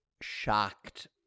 shocked